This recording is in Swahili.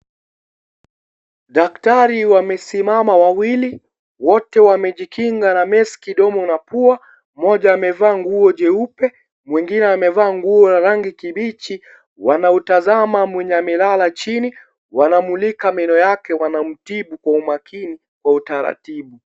Daktari wamesimama wawili, wote wamejikinga na meski domo na pua. Mmoja amevaa nguo jeupe, mwingine amevaa nguo ya rangi kibichi. Wanautazama mwenye amelala chini. Wanamulika meno yake, wanamtibu kwa umakini, kwa utaratibu.